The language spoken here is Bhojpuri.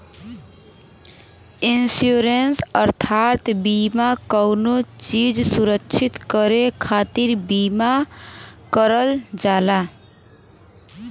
इन्शुरन्स अर्थात बीमा कउनो चीज सुरक्षित करे खातिर बीमा करल जाला